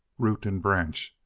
root and branch,